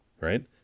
right